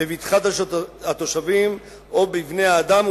בבטחת התושבים או בבני-האדם,